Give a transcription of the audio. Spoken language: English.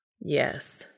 Yes